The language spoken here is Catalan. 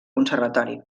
conservatori